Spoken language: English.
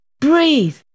Breathe